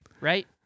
right